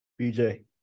BJ